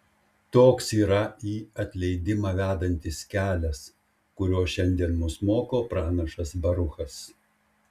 toks yra į atleidimą vedantis kelias kurio šiandien mus moko pranašas baruchas